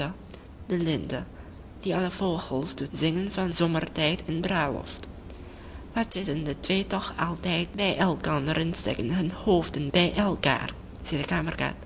de lente die alle vogels doet zingen van zomertijd en bruiloft wat zitten die twee toch altijd bij elkander en steken hun hoofden bij elkaar